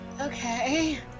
okay